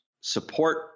support